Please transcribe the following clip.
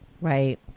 Right